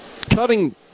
cutting